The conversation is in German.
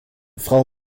frau